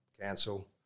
cancel